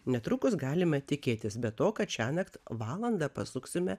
netrukus galime tikėtis be to kad šiąnakt valandą pasuksime